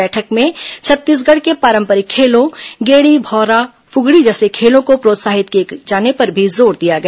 बैठक में छत्तीसगढ़ के पारंपरिक खेलों गेड़ी भौंरा फुगड़ी जैसे खेलों को प्रोत्साहित किए जाने पर भी जोर दिया गया